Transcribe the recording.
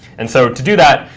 and so to do that,